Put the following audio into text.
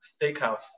steakhouse